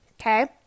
Okay